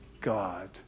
God